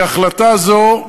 מהחלטה זו,